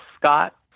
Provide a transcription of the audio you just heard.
Scott